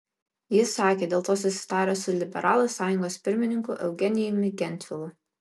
jis sakė dėl to susitaręs su liberalų sąjungos pirmininku eugenijumi gentvilu